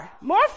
more